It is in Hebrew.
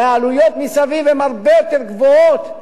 הרי העלויות מסביב הן הרבה יותר גבוהות,